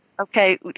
Okay